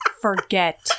forget